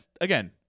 again